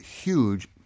huge